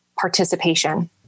participation